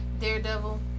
Daredevil